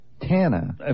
Tana